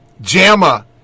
JAMA